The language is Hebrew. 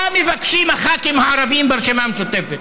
מה מבקשים הח"כים הערבים ברשימה המשותפת?